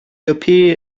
appear